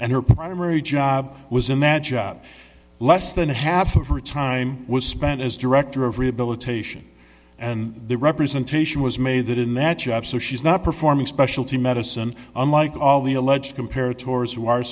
and her primary job was in that job less than half of her time was spent as director of rehabilitation and the representation was made that in that job so she's not performing specialty medicine unlike all the alleged compared torre's who are